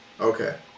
okay